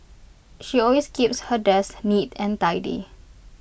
she always keeps her desk neat and tidy